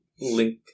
link